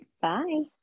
bye